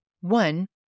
One